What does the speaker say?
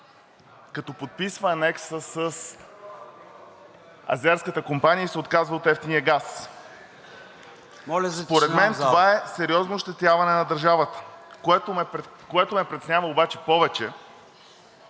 като подписва анекса с азерската компания и се отказва от евтиния газ. Според мен това е сериозно ощетяване на държавата. Но което ме притеснява повече